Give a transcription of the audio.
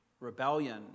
rebellion